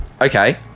Okay